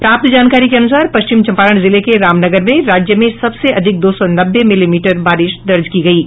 प्राप्त जानकारी के अनुसार पश्चिम चंपारण जिले के रामनगर में राज्य में सबसे अधिक दो सौ नब्बे मिलीमीटर बारिश दर्ज की गयी